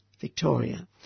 Victoria